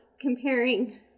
comparing